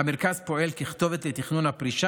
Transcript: המרכז פועל ככתובת לתכנון הפרישה